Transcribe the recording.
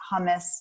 hummus